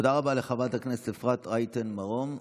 תודה רבה לחברת הכנסת אפרת רייטן מרום.